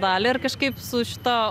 dalį ir kažkaip su šita